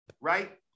right